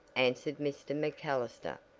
answered mr. macallister,